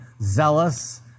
zealous